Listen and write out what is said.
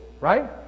right